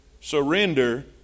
Surrender